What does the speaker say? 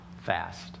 fast